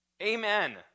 Amen